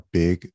big